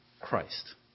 christ